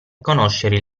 conoscere